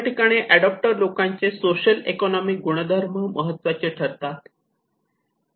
या ठिकाणी एडाप्टर लोकांचे सोशल इकॉनोमिक गुणधर्म महत्त्वाचे ठरतात